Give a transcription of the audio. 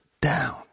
down